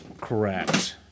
Correct